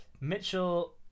Mitchell